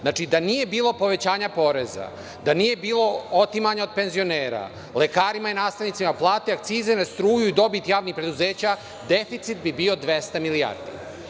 Znači, da nije bilo povećanja poreza, da nije bilo otimanja od penzionera, lekarima i nastavnicima plata, akciza na struju, dobit javnih preduzeća, deficit bi bio 200 milijardi.